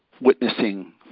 witnessing